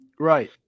Right